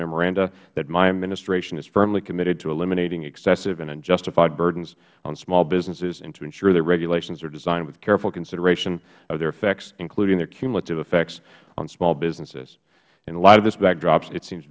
memorandum that my administration is firmly committed to eliminating excessive and unjustified burdens on small businesses and to ensure that regulations are designed with careful consideration of their effects including their cumulative effects on small businesses in light of this backdrop it seems